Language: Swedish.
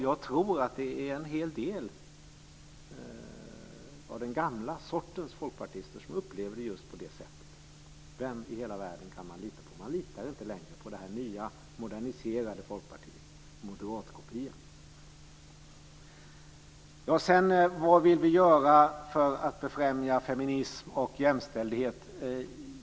Jag tror att det är en hel del av den gamla sortens folkpartister som upplever det just på det sättet. Vem i hela världen kan man lita på? Man litar inte på det nya moderniserade Folkpartiet - moderatkopian. Vad vill vi göra för att befrämja feminism och jämställdhet?